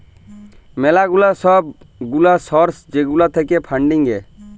ম্যালা গুলা সব গুলা সর্স যেগুলা থাক্যে ফান্ডিং এ